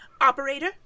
Operator